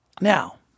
Now